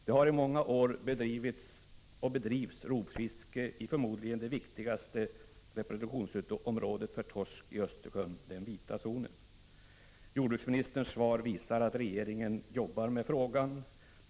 Det har i många år bedrivits och bedrivs fortfarande rovfiske i vad som förmodligen är de viktigaste reproduktionsområdena, nämligen den vita zonen. Jordbruksministerns svar visar att regeringen arbetar med frågan.